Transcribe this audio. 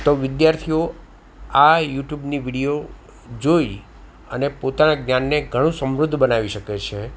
તો વિદ્યાર્થીઓ આ યુટ્યુબની વિડીયો જોઈ અને પોતાના જ્ઞાનને ઘણુ સમૃદ્ધ બનાવી શકે છે